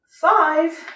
Five